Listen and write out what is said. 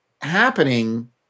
happening